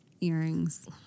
earrings